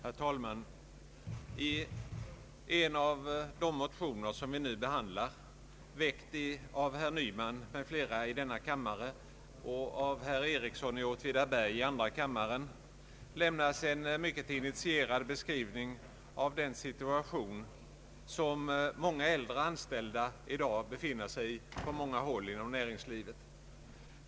Herr talman! I en av de motioner som vi nu behandlar, väckt av herr Nyman m.fl. i denna kammare och av herr Ericsson i Åtvidaberg i andra kammaren, lämnas en mycket initierad beskrivning av den situation som många äldre anställda i dag befinner sig i på många håll inom näringslivet.